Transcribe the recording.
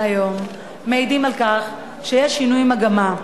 היום מעידים על כך שיש שינוי מגמה.